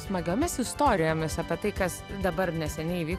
smagiomis istorijomis apie tai kas dabar neseniai įvyko